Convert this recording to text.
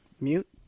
mute